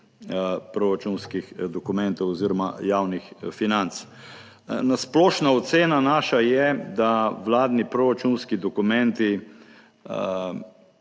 proračunskih dokumentov oziroma javnih financ na splošna. Ocena naša je, da vladni proračunski dokumenti